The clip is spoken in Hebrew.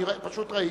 אני פשוט ראיתי,